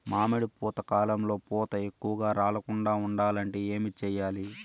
మామిడి పూత కాలంలో పూత ఎక్కువగా రాలకుండా ఉండాలంటే ఏమి చెయ్యాలి?